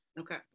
Okay